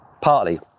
partly